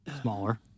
Smaller